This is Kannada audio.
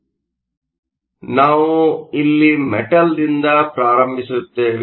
ಆದ್ದರಿಂದ ನಾವು ಇಲ್ಲಿ ಮೆಟಲ್ದಿಂದ ಪ್ರಾರಂಭಿಸುತ್ತೇವೆ